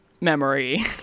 memory